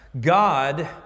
God